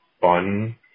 fun